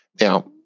Now